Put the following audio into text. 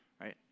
right